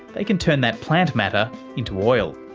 they can turn that plant matter into oil.